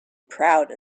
proud